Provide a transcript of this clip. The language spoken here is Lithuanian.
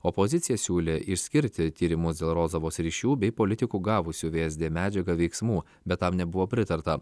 opozicija siūlė išskirti tyrimus dėl rozovos ryšių bei politikų gavusių vsd medžiagą veiksmų bet tam nebuvo pritarta